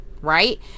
right